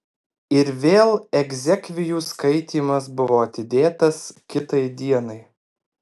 ir vėl egzekvijų skaitymas buvo atidėtas kitai dienai